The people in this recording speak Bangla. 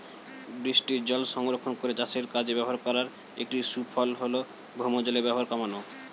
বৃষ্টিজল সংরক্ষণ করে চাষের কাজে ব্যবহার করার একটি সুফল হল ভৌমজলের ব্যবহার কমানো